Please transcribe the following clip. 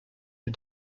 est